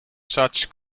such